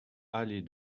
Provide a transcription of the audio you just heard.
allée